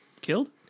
killed